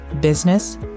business